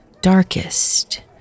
darkest